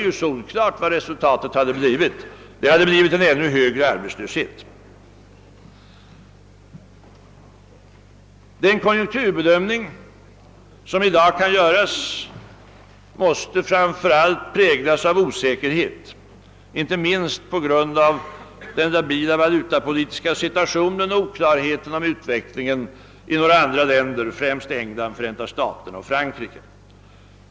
Jo, det hade solklart blivit en ännu större arbetslöshet. Den konjunkturbedömning som i dag kan göras måste framför allt präglas av osäkerhet, inte minst på grund av den labila valutapolitiska situationen och oklarheten om utvecklingen i en del andra länder, främst England, Förenta staterna och Frankrike.